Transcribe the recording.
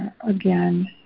again